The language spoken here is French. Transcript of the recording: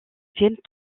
viennent